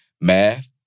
math